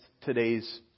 today's